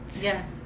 Yes